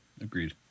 Agreed